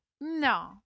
No